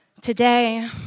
Today